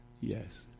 Yes